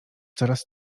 coraz